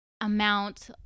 amount